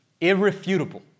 irrefutable